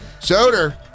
Soder